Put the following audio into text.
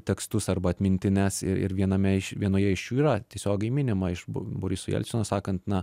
tekstus arba atmintines ir ir viename iš vienoje iš jų yra tiesiogiai minima iš boriso jelcino sakant na